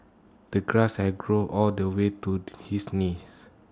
the grass had grown all the way to his knees